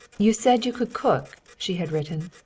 you said you could cook, she had written.